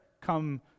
come